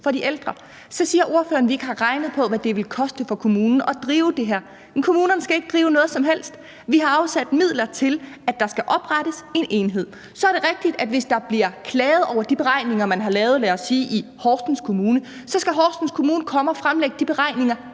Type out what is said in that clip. for de ældre. Så siger ordføreren, at vi ikke har regnet på, hvad det ville koste for kommunen at drive det her, men kommunerne skal ikke drive noget som helst. Vi har afsat midler til, at der skal oprettes en enhed. Så er det rigtigt, at hvis der bliver klaget over de beregninger, man har lavet, lad os sige i Horsens Kommune, så skal Horsens Kommune komme og fremlægge de beregninger,